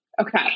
okay